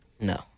No